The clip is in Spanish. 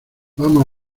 vamos